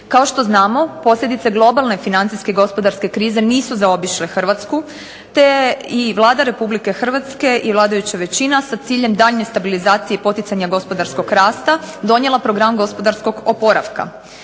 Kao što znamo posljedice globalne financijske gospodarske krize nisu zaobišle Hrvatsku, te i Vlada Republike Hrvatske i vladajuća većina sa ciljem daljnje stabilizacije i poticanja gospodarskog rasta donijela Program gospodarskog oporavka.